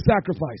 sacrifice